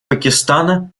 пакистана